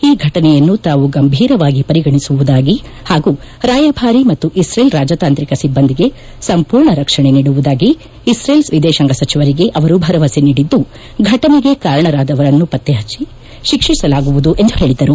ಈ ಘಟನೆಯನ್ನು ತಾವು ಗಂಭೀರವಾಗಿ ಪರಿಗಣಿಸುವುದಾಗಿ ಹಾಗೂ ರಾಯಭಾರಿ ಮತ್ತು ಇಸ್ರೇಲ್ ರಾಜತಾಂತ್ರಿಕ ಸಿಬ್ಬಂದಿಗೆ ಸಂಪೂರ್ಣ ರಕ್ಷಣೆ ನೀಡುವುದಾಗಿ ಇಸ್ರೇಲ್ ವಿದೇಶಾಂಗ ಸಚಿವರಿಗೆ ಅವರು ಭರವಸೆ ನೀಡಿದ್ದು ಘಟನೆಗೆ ಕಾರಣರಾದವರನ್ನು ಪತ್ತೆ ಹಚ್ಚಿ ಶಿಕ್ಷಿಸಲಾಗುವುದು ಎಂದು ಹೇಳಿದರು